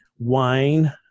Wine